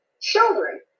children